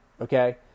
Okay